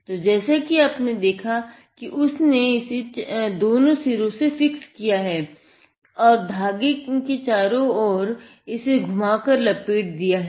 तो जैसा कि आपने देखा कि उसने इसे दोनों सिरों से फिक्स किया तथा और धागों के चारों ओर इसे घुमाकर लपेट दिया है